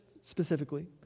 specifically